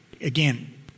Again